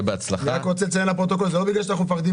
הישיבה ננעלה בשעה